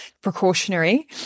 precautionary